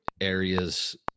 areas